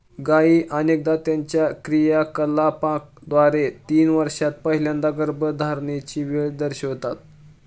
गायी अनेकदा त्यांच्या क्रियाकलापांद्वारे तीन वर्षांत पहिल्या गर्भधारणेची वेळ दर्शवितात